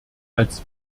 als